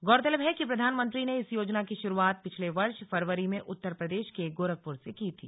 गौरतलब है कि प्रधानमंत्री ने इस योजना की शुरूआत पिछले वर्ष फरवरी में उत्तर प्रदेश के गोरखपुर से की थी